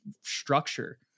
structure